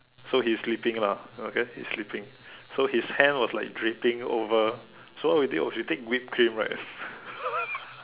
so he is sleeping lah okay he is sleeping so his hand was like dripping over so what we did was we take whipped cream right